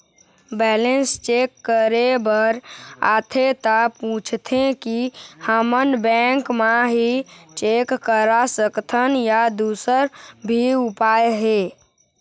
Balance check करे बर आथे ता पूछथें की हमन बैंक मा ही चेक करा सकथन या दुसर भी उपाय हे?